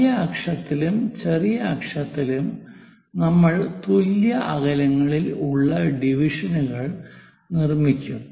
വലിയ അക്ഷത്തിലും ചെറിയ അക്ഷത്തിലും നമ്മൾ തുല്യ അകലങ്ങളിൽ ഉള്ള ഡിവിഷനുകൾ നിർമ്മിക്കും